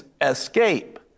escape